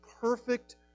perfect